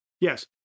Yes